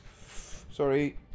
Sorry